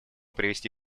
привести